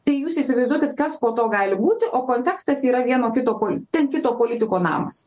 tai jūs įsivaizduokit kas po to gali būti o kontekstas yra vieno kito pol ten kito politiko namas